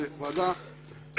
זו אומנם ועדה מייעצת,